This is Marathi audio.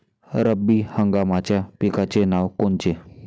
रब्बी हंगामाच्या पिकाचे नावं कोनचे?